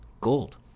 Gold